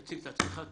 תציג את עצמך.